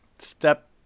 step